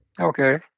Okay